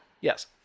Yes